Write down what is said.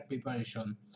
preparation